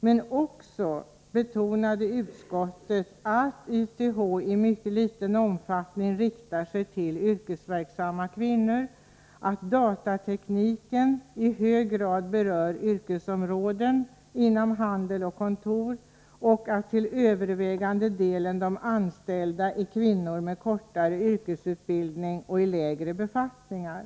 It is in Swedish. Dessutom betonade utskottet då att YTH i mycket liten omfattning riktar sig till yrkesverksamma kvinnor, att datatekniken i hög grad berör yrkesområden inom handel och kontor och att de anställda där till övervägande delen är kvinnor med kortare yrkesutbildning och i lägre befattningar.